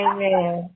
Amen